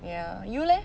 ya you leh